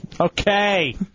Okay